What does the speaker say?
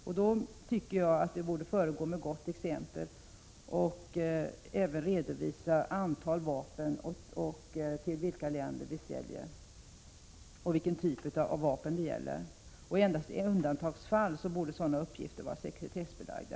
Jag tycker då att vi i Sverige borde föregå med gott exempel och redovisa antal vapen och till vilka länder vi säljer och vilken typ av vapen det gäller. Endast i undantagsfall så borde sådana uppgifter vara sekretessbelagda.